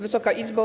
Wysoka Izbo!